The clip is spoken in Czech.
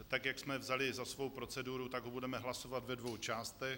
Tak jak jsme vzali za svou proceduru, tak ho budeme hlasovat ve dvou částech.